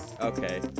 Okay